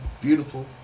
beautiful